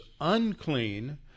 unclean